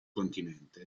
continente